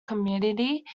community